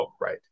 right